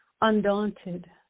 Undaunted